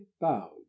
bowed